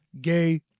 Gay